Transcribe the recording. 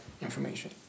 information